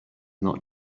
not